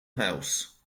house